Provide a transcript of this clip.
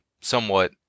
somewhat